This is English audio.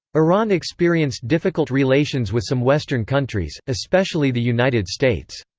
iran experienced difficult relations with some western countries, especially the united states.